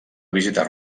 visitar